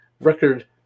record